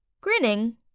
grinning